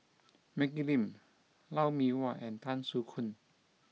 Maggie Lim Lou Mee Wah and Tan Soo Khoon